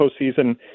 postseason